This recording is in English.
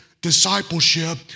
discipleship